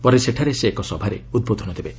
ପରେ ସେଠାରେ ସେ ଏକ ସଭାରେ ଉଦ୍ବୋଧନ ଦେବେ